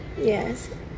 Yes